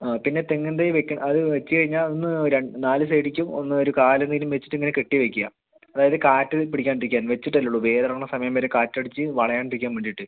ആ പിന്നെ തെങ്ങിൻ തൈ അതു വച്ച് കയിഞ്ഞാൽ ഒന്ന് നാല് സൈഡിലേക്കും ഒന്ന് ഒര് കാല് എന്തെങ്കിലും വച്ചിട്ട് ഇങ്ങന കെട്ടി വയ്ക്കാം അതായത് കാറ്റ് പിടിക്കാണ്ടിരിക്കാൻ വച്ചിട്ട് അല്ലെ ഉള്ളൂ വേര് ഇറങ്ങണ സമയം വരെ കാറ്റടിച്ച് വളയാണ്ടിരിക്കാൻ വേണ്ടിയിട്ട്